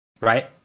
right